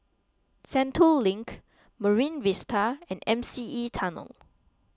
Sentul Link Marine Vista and M C E Tunnel